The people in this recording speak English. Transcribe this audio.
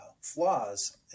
flaws